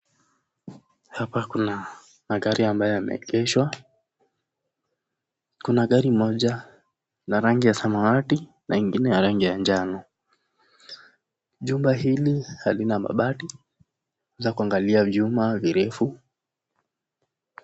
Hapa Kuna magari ambayo yamewashwa, Kuna gari ya rangi ya samawati na ingine ya rangi ya jano. Jumba hili halina mabati ya kuangalia vyuma virefu .